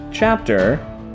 chapter